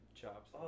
chops